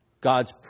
God's